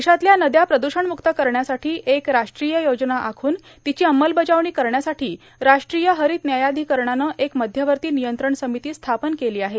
देशातल्या नदया प्रदृषण मुक्त करण्यासाठी एक राष्ट्रीय योजना आखून तिची अंमलबजावणी करण्यासाठी राष्ट्रीय हरित न्यायाधिकरणानं एक मध्यवर्ती नियंत्रण समिती स्थापन केली आहे